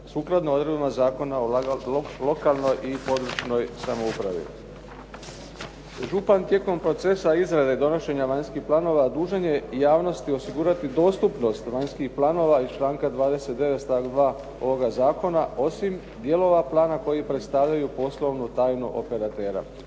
sukladno odredbama zakona o lokalnoj i područnoj samoupravi. Župan tijekom procesa izrade donošenja vanjskih planova dužan je javnosti osigurati dostupnost vanjskih planova iz članka 29. stavak 2. ovoga zakona osim dijelova plana koji predstavljaju poslovnu tajnu operatera.